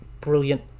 brilliant